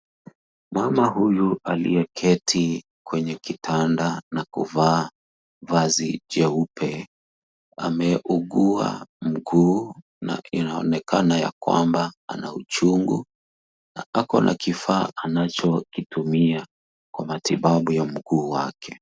Mama huyu aliyeketi kwenye kitanda na kuvaa vazi jeupe ameugua mguu na inaonekana ya kwamba ana uchungu na ako na kifaa anachokitumia kwa matibabu ya mguu wake.